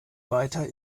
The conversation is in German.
weiter